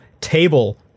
table